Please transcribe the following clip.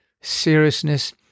seriousness